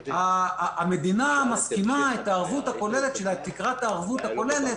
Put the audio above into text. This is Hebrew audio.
המדינה מסכימה להגדיל את תקרת הערבות הכוללת